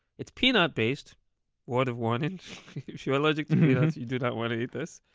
it's peanut-based word of warning if you are allergic to peanuts, you do not want to eat this.